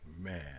Man